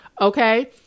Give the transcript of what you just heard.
Okay